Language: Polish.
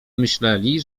myśleli